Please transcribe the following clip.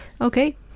Okay